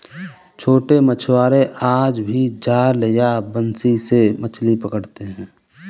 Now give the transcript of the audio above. छोटे मछुआरे आज भी जाल या बंसी से मछली पकड़ते हैं